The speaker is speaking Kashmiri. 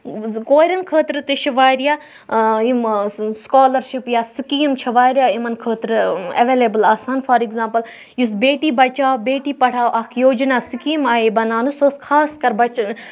کورؠن خٲطرٕ تہِ چھ واریاہ أمۍ سکالَرشِپ یا سکیٖم چھ واریاہ یِمَن خٲطرٕ ایویلیبٕل آسان فار اؠگزامپٕل بیٹی بَچاو بیٹی پَڑاو اَکھ یوجنا سکیٖم آیہِ بَناونہٕ سُہ ٲسۍ خاص کَر بَچہِ